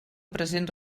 present